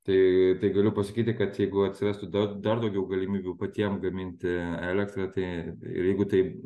tai tai galiu pasakyti kad jeigu atsirastų dar dar daugiau galimybių patiem gaminti elektrą tai ir jeigu tai